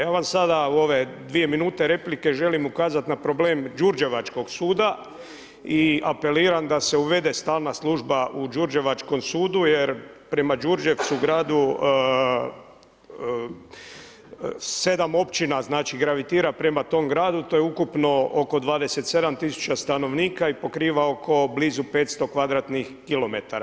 Ja vam sada u ove dvije minute replike želim ukazati na problem Đurđevačkog suda i apeliram da se uvede stalna služba u Đurđevačkom sudu jer prema Đurđevcu gradu 7 općina znači gravitira prema tom gradu, to je ukupno oko 27 tisuća stanovnika i pokriva oko blizu 500 kvadratnih km.